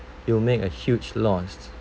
you'll make a huge loss